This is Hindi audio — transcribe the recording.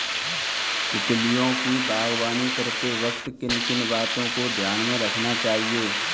तितलियों की बागवानी करते वक्त किन किन बातों को ध्यान में रखना चाहिए?